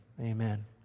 Amen